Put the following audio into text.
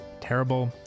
terrible